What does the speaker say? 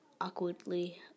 awkwardly